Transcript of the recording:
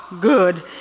good